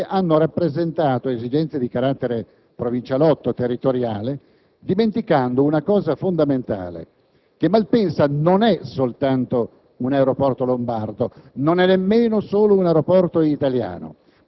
Signor Presidente, è davvero incredibile che le macerie di Alitalia rischino di travolgere una cosa seria, una struttura importante qual è l'aeroporto di Malpensa.